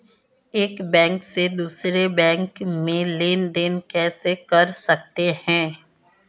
एक बैंक से दूसरे बैंक में लेनदेन कैसे कर सकते हैं?